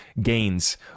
gains